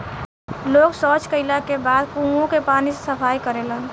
लोग सॉच कैला के बाद कुओं के पानी से सफाई करेलन